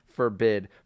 Forbid